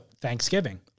Thanksgiving